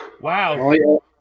Wow